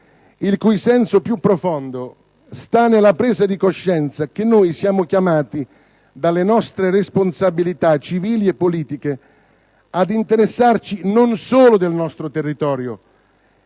il cui senso più profondo sta nella presa di coscienza che noi siamo chiamati dalle nostre responsabilità civili e politiche ad interessarci non solo del nostro territorio,